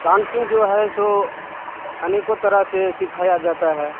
dancing जो है सो अनेकों तरह से सिखाया जाता है